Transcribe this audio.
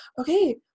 okay